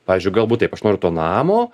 pavyzdžiui galbūt taip aš noriu to namo